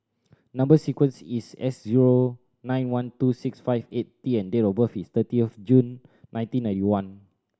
number sequence is S zero nine one two six five eight T and date of birth is thirty of June nineteen ninety one